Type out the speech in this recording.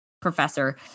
professor